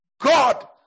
God